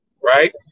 right